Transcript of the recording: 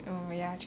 oh ya true